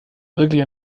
wirklich